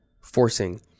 forcing